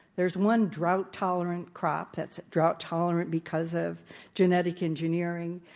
there's one drought tolerant crop that's drought tolerant because of genetic engineering.